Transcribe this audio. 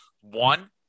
One